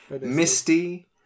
Misty